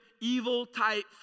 evil-type